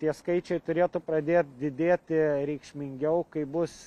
tie skaičiai turėtų pradėt didėti reikšmingiau kai bus